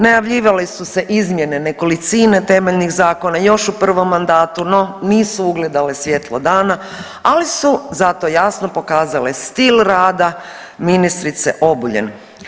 Najavljivale su se izmjene nekolicine temeljnih zakona još u prvom mandatu, no nisu ugledale svjetlo dana ali su zato jasno pokazale stil rada ministrice Obuljen.